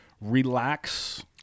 relax